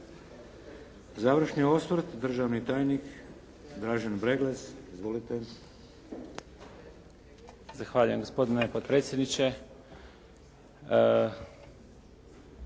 Završni osvrt, državni tajnik Dražen Breglec. Izvolite. **Breglec, Dražen** Zahvaljujem gospodine potpredsjedniče.